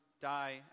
die